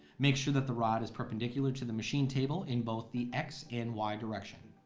make sure that the rod is perpendicular to the machine table in both the x, and y direction.